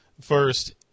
first